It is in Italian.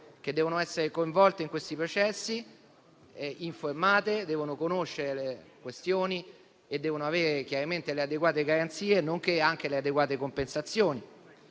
che devono essere coinvolte in questi processi e informate; devono conoscere le questioni e avere le adeguate garanzie, nonché le adeguate compensazioni.